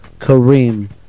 Kareem